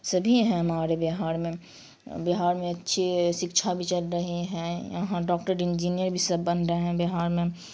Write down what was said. سبھی ہیں ہمارے بہار میں بہار میں اچھے سکچھا بھی چل رہی ہیں یہاں ڈاکٹر انجینئر بھی سب بن رہے ہیں بہار میں